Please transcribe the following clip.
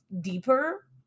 deeper